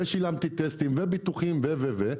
ושילמתי טסטים וביטוחים וכו'?